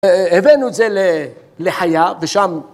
הבאנו את זה לחיה, ושם...